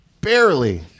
Barely